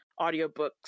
audiobooks